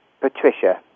Patricia